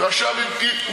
לא עשיתי שום פדיחה.